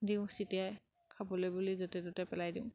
দিওঁ চটিয়াই খাবলৈ বুলি য'তে ত'তে পেলাই দিওঁ